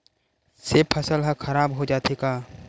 से फसल ह खराब हो जाथे का?